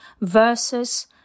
versus